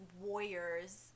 warriors